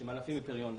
שהם ענפים עם פריון נמוך.